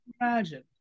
imagine